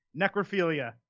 necrophilia